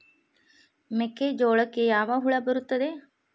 ಮೆಕ್ಕೆಜೋಳಕ್ಕೆ ಯಾವ ಹುಳ ಬರುತ್ತದೆ?